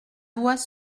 voix